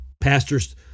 Pastors